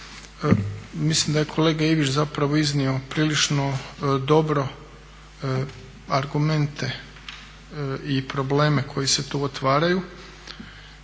mislim da je kolega Ivić zapravo iznio prilično dobro argumente i probleme koji se tu otvaraju.